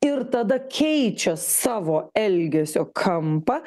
ir tada keičia savo elgesio kampą